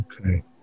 Okay